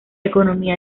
economía